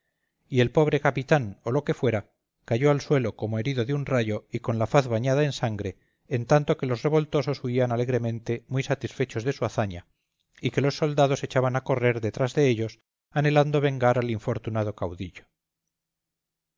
y el pobre capitán o lo que fuera cayó al suelo como herido de un rayo y con la faz bañada en sangre en tanto que los revoltosos huían alegremente muy satisfechos de su hazaña y que los soldados echaban a correr detrás de ellos anhelando vengar al infortunado caudillo